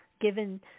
given